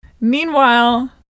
Meanwhile